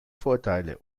vorurteile